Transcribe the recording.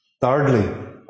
Thirdly